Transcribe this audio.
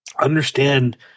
understand –